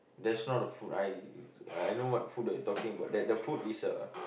that's not a food I I I know what food you are talking about that that food is a